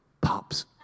Pops